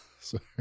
Sorry